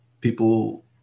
people